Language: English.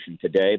today